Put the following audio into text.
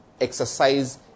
exercise